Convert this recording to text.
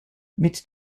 mit